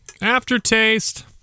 Aftertaste